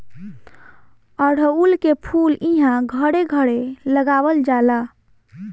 अढ़उल के फूल इहां घरे घरे लगावल जाला